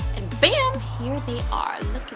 and bam! here they are